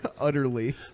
utterly